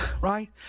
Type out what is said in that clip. right